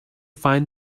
find